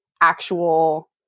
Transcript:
actual